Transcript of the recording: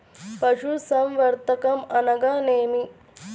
పశుసంవర్ధకం అనగానేమి?